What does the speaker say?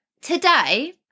today